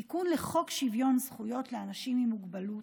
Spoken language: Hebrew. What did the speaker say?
תיקון לחוק שוויון זכויות לאנשים עם מוגבלות,